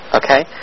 okay